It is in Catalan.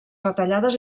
retallades